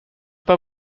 pas